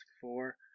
Four